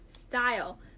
style